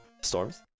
Storms